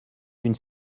d’une